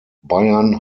bayern